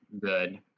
good